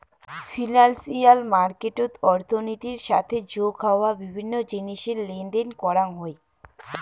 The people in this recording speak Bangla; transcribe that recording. ফিনান্সিয়াল মার্কেটত অর্থনীতির সাথে যোগ হওয়া বিভিন্ন জিনিসের লেনদেন করাং হই